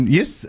yes